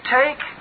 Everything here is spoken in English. take